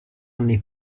anni